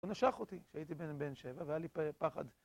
הוא נשך אותי, כשהייתי בן שבע, והיה לי פחד.